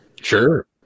Sure